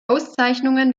auszeichnungen